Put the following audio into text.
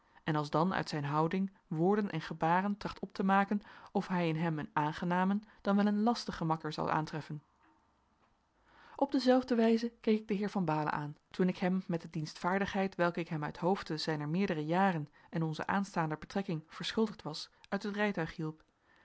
en alsdan uit zijn houding woorden en gebaren tracht op te maken of hij in hem een aangenamen dan wel een lastigen makker zal aantreffen op dezelfde wijze keek ik den heer van baalen aan toen ik hem met de dienstvaardigheid welke ik hem uithoofde zijner meerdere jaren en onzer aanstaande betrekking verschuldigd was uit het